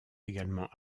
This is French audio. également